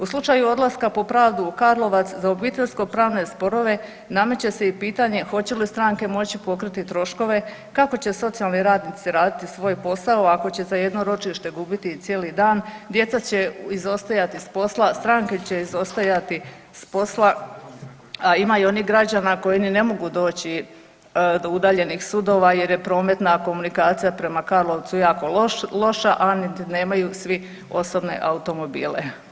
U slučaju odlaska po pravdu u Karlovac za obiteljsko pravne sporove nameće se i pitanje hoće li stranke moći pokriti troškove, kako će socijalni radnici raditi svoj posao ako će za jedno ročište gubiti cijeli dan, djeca će izostajati s posla, stranke će izostajati s posla, a ima i onih građana koji ni ne mogu doći do udaljenih sudova jer je prometna komunikacija prema Karlovcu jako loša, a niti nemaju svi osobne automobile.